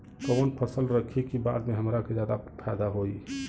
कवन फसल रखी कि बाद में हमरा के ज्यादा फायदा होयी?